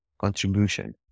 contribution